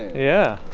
yeah